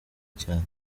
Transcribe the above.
cyane